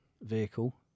vehicle